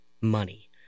money